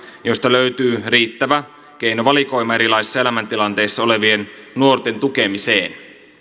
josta löytyy riittävä keinovalikoima erilaisissa elämäntilanteissa olevien nuorten tukemiseen